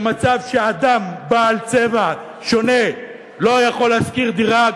במצב שאדם בעל צבע שונה לא יכול לשכור דירה,